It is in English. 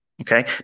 Okay